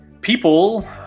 people